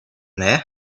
there